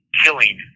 killing